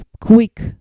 Quick